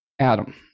Adam